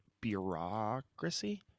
bureaucracy